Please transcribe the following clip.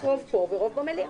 צריך רוב פה ורוב במליאה.